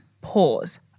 Pause